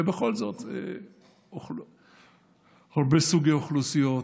ובכל זאת הרבה סוגי אוכלוסיות,